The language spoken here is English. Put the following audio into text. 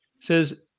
says